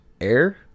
Air